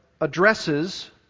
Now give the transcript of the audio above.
addresses